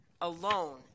alone